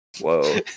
Whoa